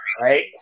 right